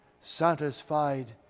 satisfied